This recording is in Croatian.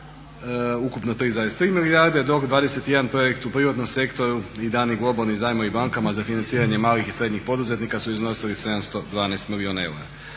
ukupno 3,3 milijarde dok 21 projekt u privatnom sektoru i dani … zajmovi bankama za financiranje malih i srednjih poduzetnika su iznosili 712 milijuna eura.